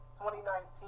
2019